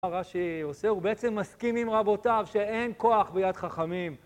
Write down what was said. מה רש"י עושה? הוא בעצם מסכים עם רבותיו שאין כוח ביד חכמים.